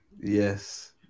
Yes